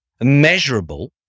measurable